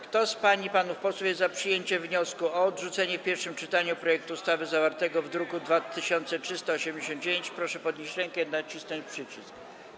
Kto z pań i panów posłów jest za przyjęciem wniosku o odrzucenie w pierwszym czytaniu projektu ustawy zawartego w druku nr 2389, proszę podnieść rękę i nacisnąć przycisk.